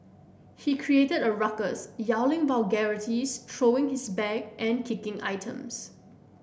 he created a ruckus yelling vulgarities throwing his bag and kicking items